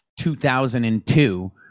2002